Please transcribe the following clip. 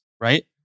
right